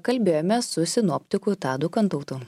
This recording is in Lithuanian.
kalbėjome su sinoptiku tadu kantautu